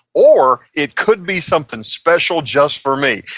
or it could be something special just for me.